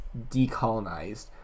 decolonized